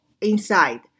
inside